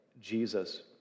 Jesus